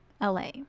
LA